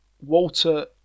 Walter